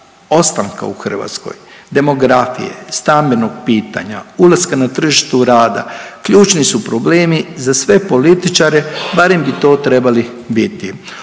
ostanka u Hrvatskoj, demografije, stambenog pitanja, ulaska na tržištu rada, ključni su problemi za sve političare, barem bi to trebali biti.